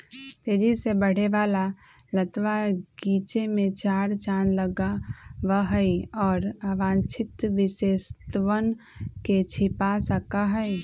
तेजी से बढ़े वाला लतवा गीचे में चार चांद लगावा हई, और अवांछित विशेषतवन के छिपा सका हई